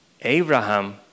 Abraham